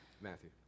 Matthew